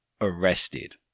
arrested